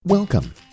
Welcome